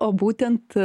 o būtent